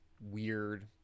weird